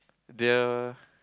the